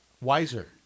wiser